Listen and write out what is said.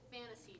Fantasy